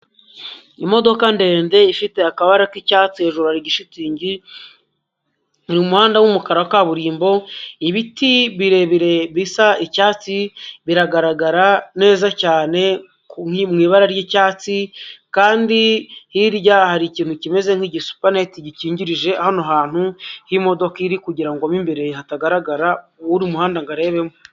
Imodoka ndende ifite akabara k'icyatsi hejuru hari igishitingi, ni mu muhanda w'umukara wa kaburimbo, ibiti birebire bisa icyatsi biragaragara neza cyane mu ibara ry'icyatsi kandi hirya hari ikintu kimeze nk'igisupanete gikingirije hano hantu ho imodoka iri kugira ngo mo imbere hatagaragara uri mu muhanda ngo arebemo.